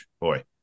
boy